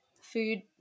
food